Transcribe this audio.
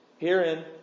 Herein